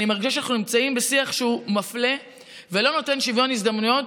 אני מרגישה שאנחנו נמצאים בשיח שהוא מפלה ולא נותן שוויון הזדמנויות,